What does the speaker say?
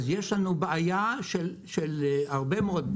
אז יש לנו בעיה של הרבה מאוד,